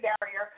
barrier